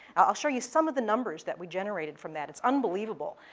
i'll show you some of the numbers that we generated from that. it's unbelievable.